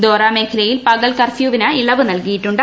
ഡോഹ്റ മേഖലയിൽ പകൽ കർഫ്യൂവിന് ഇളവ് നൽകിയിട്ടുണ്ട്